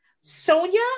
Sonia